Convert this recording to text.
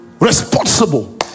responsible